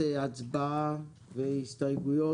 לישיבת הצבעה והסתייגויות.